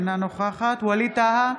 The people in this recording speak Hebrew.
אינה נוכחת ווליד טאהא,